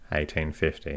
1850